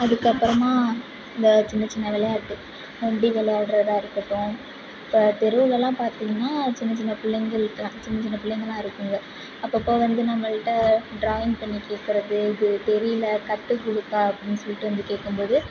அதுக்கப்புறமா இந்த சின்ன சின்ன விளையாட்டு நொண்டி விளையாடுகிறதா இருக்கட்டும் இப்போ தெருவுலெலாம் பார்த்திங்னா சின்ன சின்ன பிள்ளைங்கள்ட்ட சின்ன சின்ன பிள்ளைங்களாம் இருக்குதுங்க அப்பப்போ வந்து நம்மகிட்ட டிராயிங் பண்ணி கேட்கறது இது தெரியல கற்று கொடுக்கா அப்படின் சொல்லிட்டு வந்து கேட்கும்போது